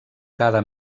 cada